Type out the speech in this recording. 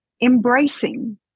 embracing